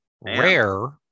Rare